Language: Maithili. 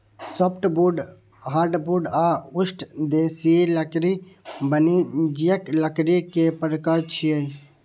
सॉफ्टवुड, हार्डवुड आ उष्णदेशीय लकड़ी वाणिज्यिक लकड़ी के प्रकार छियै